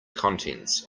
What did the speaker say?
contents